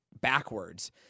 backwards